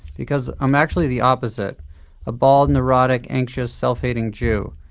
because i'm actually the opposite a bald neurotic, anxious, self-hating jew.